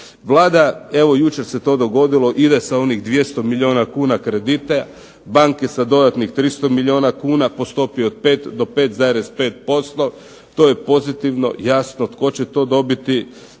Vlada, evo jučer se to dogodilo, ide sa onih 200 milijuna kuna kredita, banke sa 300 milijuna kuna, po stopi od 5 do 5,5%. To je pozitivno jasno, tko će to dobiti,